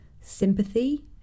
sympathy